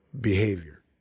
behavior